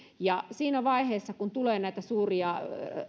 siinä vaiheessa kun tulee näitä suuria